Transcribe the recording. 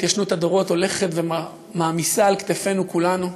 התיישנות הדורות הולכת ומעמיסה על כתפינו כולנו.